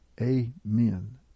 Amen